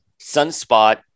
sunspot